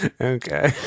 okay